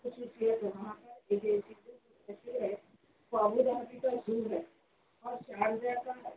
اور شارجہ کا